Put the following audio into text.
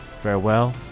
Farewell